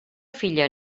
filla